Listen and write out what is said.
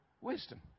wisdom